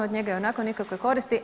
Od njega ionako nikakve koristi.